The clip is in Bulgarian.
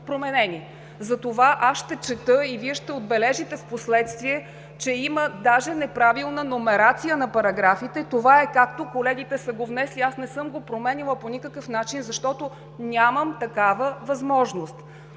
Затова аз ще чета и Вие ще отбележите впоследствие, че има даже неправилна номерация на параграфите. Това е, както колегите са внесли. Аз не съм го променяла по никакъв начин, защото нямам такава възможност.